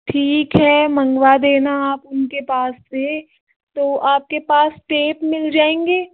ठीक है मँगवा देना आप उनके पास से तो आपके पास टेप मिल जाएंगे